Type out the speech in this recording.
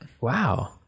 Wow